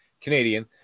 Canadian